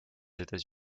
états